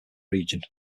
region